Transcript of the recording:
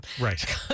Right